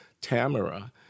Tamara—